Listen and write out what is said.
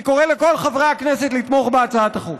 אני קורא לכל חברי הכנסת לתמוך בהצעת החוק.